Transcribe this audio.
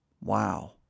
Wow